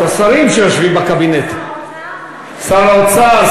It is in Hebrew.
השרים שיושבים בקבינט: שר האוצר,